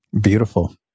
Beautiful